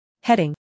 Heading